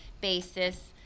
basis